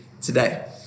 today